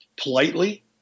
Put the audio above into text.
politely